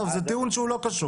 עזוב, זה טיעון שהוא לא קשור.